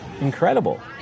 Incredible